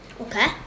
Okay